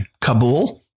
Kabul